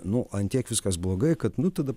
nu ant tiek viskas blogai kad nu tada